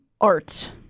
art